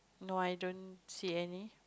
no i don't see any